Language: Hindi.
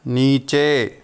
नीचे